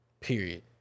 Period